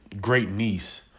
great-niece